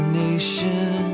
nation